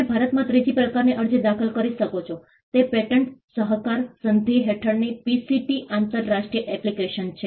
તમે ભારતમાં ત્રીજી પ્રકારની અરજી દાખલ કરી શકો છો તે પેટર્ન સહકાર સંધિ હેઠળની પીસીટી આંતરરાષ્ટ્રીય એપ્લિકેશન છે